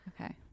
okay